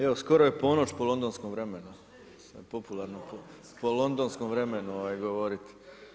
Evo skoro je ponoć po londonskom vremenu, popularno je po londonskom vremenu govoriti.